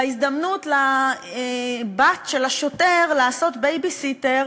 וההזדמנות לבת של השוטר לעשות בייביסיטר